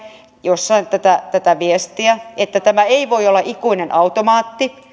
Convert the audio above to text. tätä tätä viestiä että tämä ei voi olla ikuinen automaatti ja